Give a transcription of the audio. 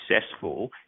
successful